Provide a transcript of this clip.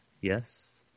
yes